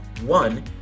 One